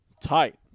tight